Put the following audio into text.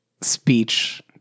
speech